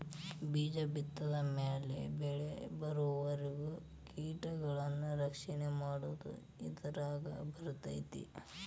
ಬೇಜ ಬಿತ್ತಿದ ಮ್ಯಾಲ ಬೆಳಿಬರುವರಿಗೂ ಕೇಟಗಳನ್ನಾ ರಕ್ಷಣೆ ಮಾಡುದು ಇದರಾಗ ಬರ್ತೈತಿ